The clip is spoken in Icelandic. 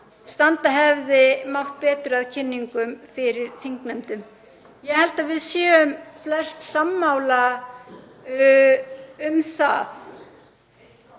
standa hefði mátt betur að kynningum fyrir þingnefndir. Ég held að við séum flest sammála um það.